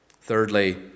Thirdly